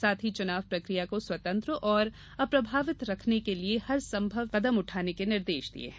साथ ही चुनाव प्रकिया को स्वतंत्र और अप्रभावित रखने के लिए हरसंभव कदम उठाने के निर्देश दिए हैं